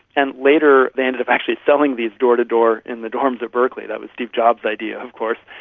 and later they ended up actually selling these door-to-door in the dorms of berkeley, that was steve jobs' idea of course.